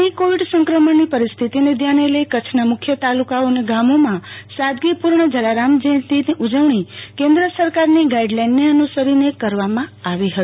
હાલની કોવીડ સંક્રમણની પરિસ્થિતિને ધ્યાને લઇ કચ્છના મુખ્ય તાલુકાઓ અને ગામોમાં સાદગીપૂર્ણ જલારામ જયંતીની ઉજવણી કેન્દ્ર સરકારની ગાઈડલાઈનને અનુસરીને કરવામાં આવી હતી